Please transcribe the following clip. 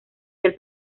del